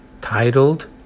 titled